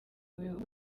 bihugu